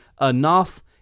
enough